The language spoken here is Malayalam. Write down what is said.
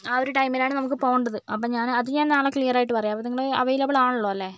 ആ ഒരു ടൈമിനാണ് നമുക്ക് പോകേണ്ടത് അപ്പോൾ ഞാൻ അത് ഞാൻ ക്ലിയർ ആയിട്ട് പറയാം നിങ്ങൾ അവൈലബിൾ ആണല്ലോ അല്ലെ